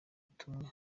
tumwe